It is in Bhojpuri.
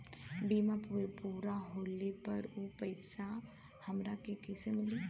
बीमा पूरा होले पर उ पैसा हमरा के कईसे मिली?